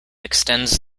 extends